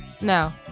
No